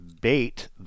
bait